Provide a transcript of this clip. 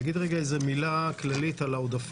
גם הצעת התקציב ל-2022 עברה.